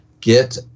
get